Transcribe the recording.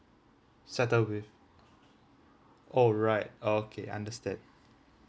settle with alright okay understand